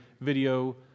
video